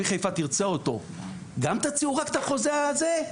חיפה תרצה אותו גם תציעו רק את החוזה הזה,